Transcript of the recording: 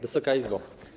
Wysoka Izbo!